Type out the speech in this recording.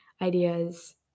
ideas